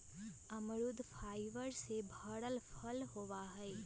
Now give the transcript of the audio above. अमरुद फाइबर से भरल फल होबा हई